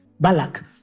Balak